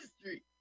street